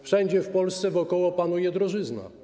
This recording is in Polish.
Wszędzie w Polsce wokoło panuje drożyzna.